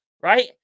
right